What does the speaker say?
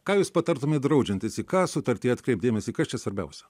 ką jūs patartumėt draudžiantis į tą sutartyje atkreipt dėmesį kas čia svarbiausia